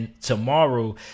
tomorrow